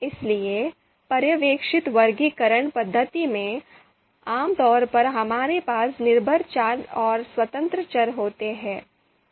इसलिए पर्यवेक्षित वर्गीकरण पद्धति में आम तौर पर हमारे पास निर्भर चर और स्वतंत्र चर होते हैं